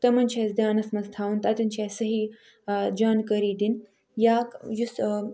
تِمن چھِ اَسہِ دھیانس منٛز تھاوُن تَتٮ۪ن چھِ اَسہِ صحیح جانکٲری دِنۍ یا یُس